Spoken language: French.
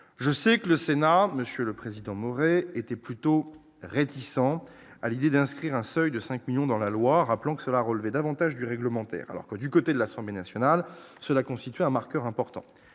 je sais que le Sénat, Monsieur le Président mourait étaient plutôt réticents à l'idée d'inscrire un seuil de 5 1000000 dans la Loire, rappelant que cela relevait davantage du réglementaire, alors que du côté de l'Assemblée nationale, cela constitue un marqueur important